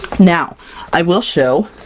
now i will show,